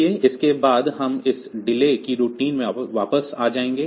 इसलिए इसके बाद हम इस डिले की रूटीन से वापस आ गए